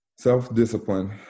self-discipline